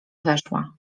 weszła